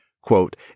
quote